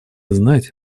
знать